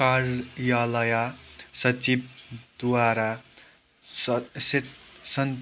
कार्यालय सचिवद्वारा